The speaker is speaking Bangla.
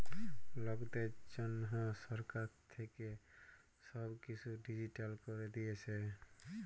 লকদের জনহ সরকার থাক্যে সব কিসু ডিজিটাল ক্যরে দিয়েসে